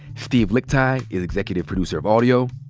steve lickteig is executive producer of audio.